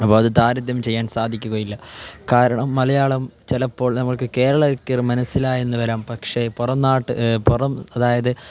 അപ്പോൾ അത് താരതമ്യം ചെയ്യാൻ സാധിക്കുകയില്ല കാരണം മലയാളം ചിലപ്പോൾ നമുക്ക് കേരളക്ക് മനസ്സിലായെന്നു വരാം പക്ഷേ പുറംനാട്ട് പുറം അതായത്